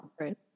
right